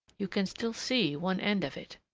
you can still see one end of it.